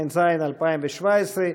התשע"ז 2017,